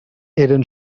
eren